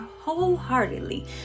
wholeheartedly